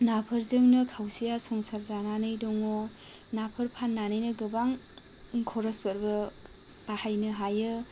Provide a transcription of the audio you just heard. नाफोरजोंनो खावसेया संसार जानानै दङ नाफोर फान्नानैनो गोबां खरसफोरबो बाहायनो हायो